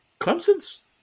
Clemson's